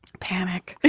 panic